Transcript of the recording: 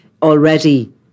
Already